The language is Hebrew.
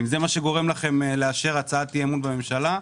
אם זה מה שגורם לכם לאשר הצעת אי-אמון בממשלה.